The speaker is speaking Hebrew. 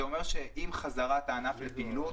זה אומר שעם חזרת הענף לפעילות,